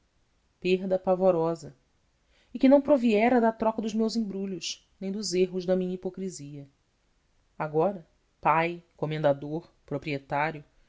perda pavorosa e que não proviera da troca dos meus embrulhos nem dos erros da minha hipocrisia agora pai comendador proprietário